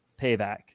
payback